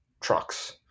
trucks-